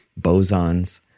bosons